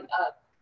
up